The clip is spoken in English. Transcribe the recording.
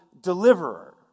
deliverer